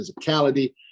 physicality